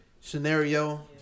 Scenario